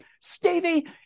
Stevie